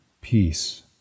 peace